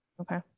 Okay